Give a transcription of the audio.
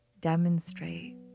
demonstrate